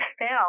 fail